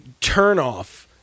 turnoff